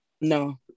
No